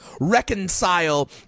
reconcile